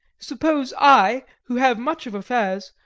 suppose i, who have much of affairs,